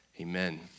Amen